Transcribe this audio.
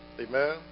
Amen